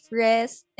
rest